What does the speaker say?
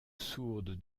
sourde